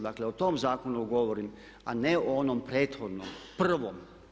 Dakle o tom zakonu govorim a ne o onom prethodnom, prvom.